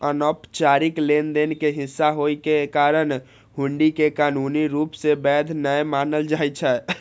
अनौपचारिक लेनदेन के हिस्सा होइ के कारण हुंडी कें कानूनी रूप सं वैध नै मानल जाइ छै